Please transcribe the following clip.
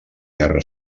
guerra